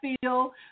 feel